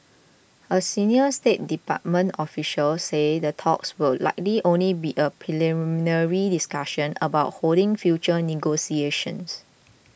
a senior State Department official said the talks would likely only be a preliminary discussion about holding future negotiations